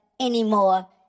anymore